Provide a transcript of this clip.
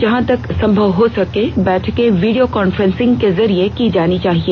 जहां तक संभव हो बैठकें वीडियो कांफ्रेंसिंग के जरिये की जानी चाहिए